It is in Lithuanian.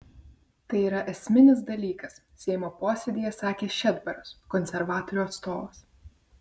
tai yra esminis dalykas seimo posėdyje sakė šedbaras konservatorių atstovas